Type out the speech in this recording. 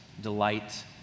delight